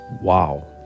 wow